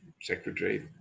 secretary